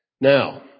Now